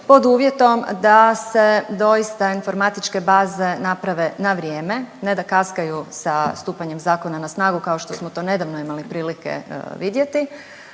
pod uvjetom da se doista informatičke baze naprave na vrijeme, ne da kaskaju sa stupanjem zakona na snagu kao što smo to nedavno imali prilike vidjeti